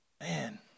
man